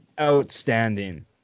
outstanding